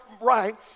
right